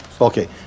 Okay